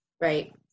Right